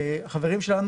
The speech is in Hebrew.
החברים שלנו,